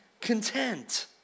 content